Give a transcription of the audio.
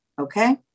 Okay